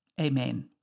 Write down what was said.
Amen